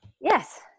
Yes